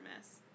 mess